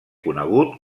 conegut